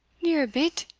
neer a bit,